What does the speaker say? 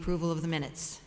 approval of the minutes